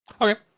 okay